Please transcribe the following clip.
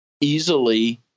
easily